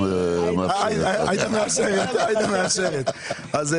התוודעתי לנושא הזה ואומר